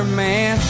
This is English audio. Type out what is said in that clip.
man